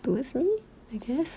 towards me I guess